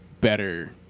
better